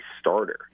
starter